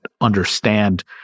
understand